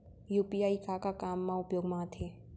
UPI का का काम मा उपयोग मा आथे?